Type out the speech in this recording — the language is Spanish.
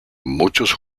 muchos